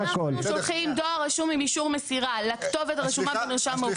אנחנו שולחים דואר רשום עם אישור מסירה לכתובת הרשומה במרשם האוכלוסין.